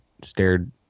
stared